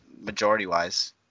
majority-wise